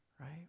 right